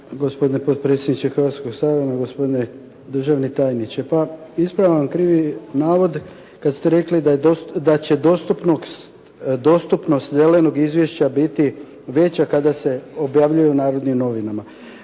Gospodine potpredsjedniče Hrvatskog sabora, gospodine državni tajniče. Pa ispravljam krivi navod kada ste rekli da će zelenog izvješća biti veća kada se objavljuje u Narodnim novinama.